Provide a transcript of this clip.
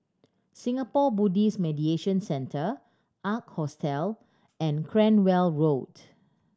Singapore Buddhist Meditation Centre Ark Hostel and Cranwell Road